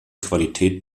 qualität